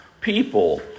people